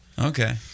Okay